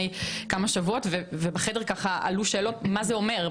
כמה שבועות ובחדר עלו שאלות מה זה אומר,